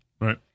right